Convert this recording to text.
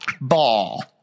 ball